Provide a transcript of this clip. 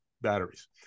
batteries